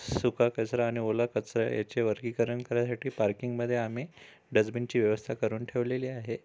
सुका कचरा आणि ओला कचरा याचे वर्गीकरण करायसाठी पार्किंगमध्ये आम्ही डस्बीनची व्यवस्था करून ठेवलेली आहे